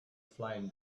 flame